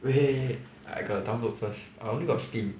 wait I got to download first I only got Steam